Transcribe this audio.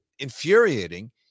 infuriating